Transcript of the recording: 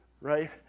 right